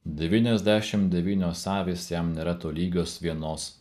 devyniasdešim devynios avys jam nėra tolygios vienos